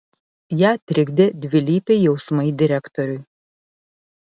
ją trikdė dvilypiai jausmai direktoriui